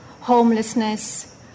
homelessness